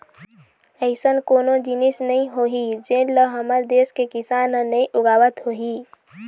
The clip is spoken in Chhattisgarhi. अइसन कोनो जिनिस नइ होही जेन ल हमर देस के किसान ह नइ उगावत होही